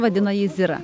vadina jį zira